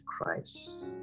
Christ